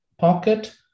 pocket